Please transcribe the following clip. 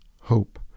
hope